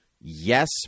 yes